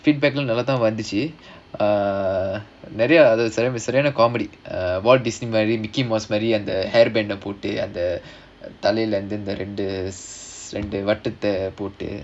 feedback லாம் நல்லாதான் வந்துச்சு:laam nallaathaan vandhuchu uh நெறய சரியான:neraya sariyaana comedy uh walt disney மாதிரி:maadhiri mickey மாதிரி:maadhiri hair band போட்டு தலைல அந்த ரெண்டு வட்டத்த போட்டு:pottu thalaila andha rendu vattatha pottu